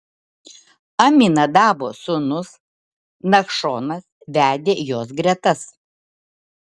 aminadabo sūnus nachšonas vedė jos gretas